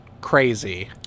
crazy